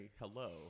hello